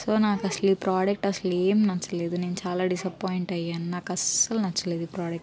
so నాకు అసలు ఈ ప్రోడక్ట్ అసలు ఏం నచ్చలేదు నేను చాలా డిసప్పోయింట్ అయ్యాను నాకు అసలు నచ్చలేదు ఈ ప్రోడక్ట్